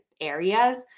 areas